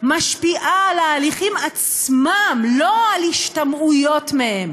משפיע על ההליכים עצמם, לא על השתמעויות מהם